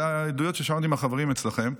אלה העדויות ששמעתי מהחברים אצלכם.